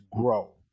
grow